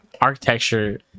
architecture